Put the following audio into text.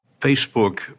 Facebook